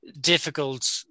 difficult